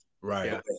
Right